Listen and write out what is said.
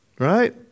Right